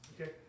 Okay